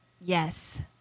Yes